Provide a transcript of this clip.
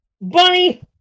Bunny